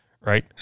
right